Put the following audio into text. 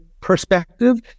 perspective